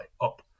up